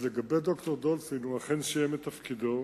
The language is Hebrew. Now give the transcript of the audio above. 2. לגבי ד"ר דולפין, הוא אכן סיים את תפקידו